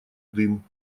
дым